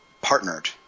partnered